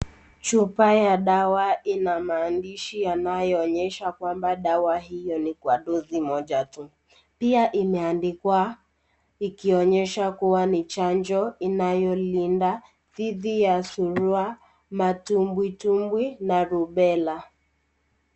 Chupa ya dawa ina maandishi yanayoonyesha kwamba dawa hiyo ni kwa dozi moja tu. Pia imeandikwa ikionyesha kuwa ni chanjo inayolinda dhidi ya surua, matumbwitumbwi na rubela.